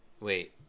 Wait